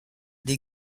des